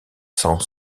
sans